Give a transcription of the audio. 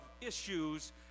issues